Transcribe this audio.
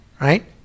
right